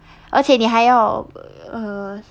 而且你还要 err